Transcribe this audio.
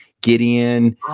Gideon